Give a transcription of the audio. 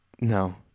No